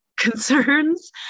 concerns